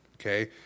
okay